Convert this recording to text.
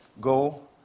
Go